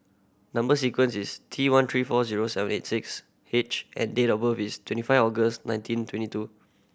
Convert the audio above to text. number sequence is T one three four zero seven eight six H and date of birth is twenty five August nineteen twenty two